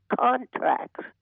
contracts